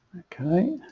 ok